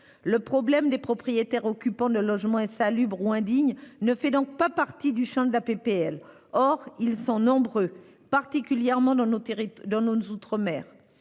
Le problème des propriétaires occupants de logements insalubres ou indignes ne fait donc pas partie du champ de la proposition de loi. Or ils sont nombreux, particulièrement dans nos outre-mer.